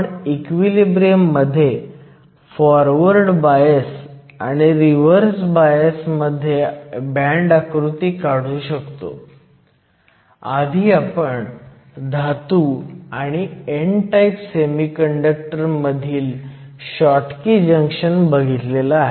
त्यामुळे डिप्लीशन रिजनच्या एका बाजूला तुमच्याकडे निव्वळ पॉझिटिव्ह चार्ज आहे ही n बाजू आहे दुसर्या बाजूला तुमच्याकडे निव्वळ निगेटिव्ह चार्ज आहे जी तुमची p बाजू आहे आणि एक जंक्शन पोटेन्शियल विकसित होते